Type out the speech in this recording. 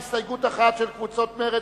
ההסתייגות (1) של קבוצת סיעת מרצ,